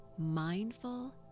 mindful